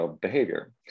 behavior